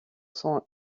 son